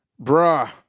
Bruh